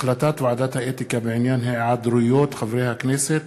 החלטת ועדת האתיקה בעניין היעדרויות חברי הכנסת